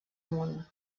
món